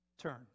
turn